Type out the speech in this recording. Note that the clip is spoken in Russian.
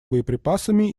боеприпасами